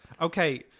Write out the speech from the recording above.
Okay